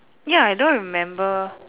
ya I don't remember